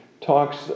talks